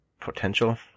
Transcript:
potential